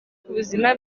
k’ubuzima